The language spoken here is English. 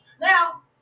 Now